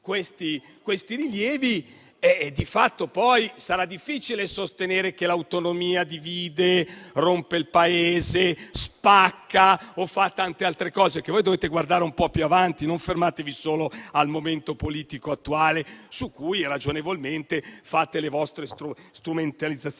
questi rilievi, poi sarà difficile sostenere che l'autonomia divide, rompe il Paese, spacca o fa tante altre cose. Voi dovete guardare un po' più avanti. Non fermatevi solo al momento politico attuale, su cui ragionevolmente fate le vostre strumentalizzazioni